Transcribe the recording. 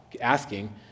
asking